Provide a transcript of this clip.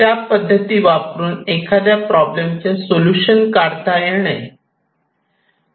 त्या पद्धती वापरून एखाद्या प्रॉब्लेम चे सोलुशन काढता येते